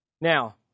Now